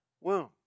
womb